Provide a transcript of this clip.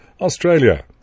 Australia